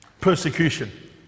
Persecution